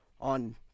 on